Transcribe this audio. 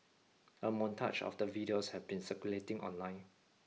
a montage of the videos have been circulating online